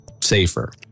safer